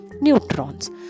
neutrons